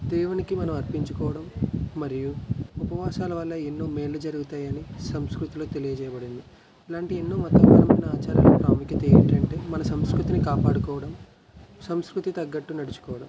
దేవునికి మనం అర్పించుకోవడం మరియు ఉపవాసాల వల్ల ఎన్నో మేలు జరుగుతాయని సంస్కృతిలో తెలియజేయబడింది ఇలాంటి ఎన్నో మతపరమైన ఆచారాలకు ప్రాముఖ్యత ఏంటంటే మన సంస్కృతిని కాపాడుకోవడం సంస్కృతికి తగ్గట్టు నడచుకోవడం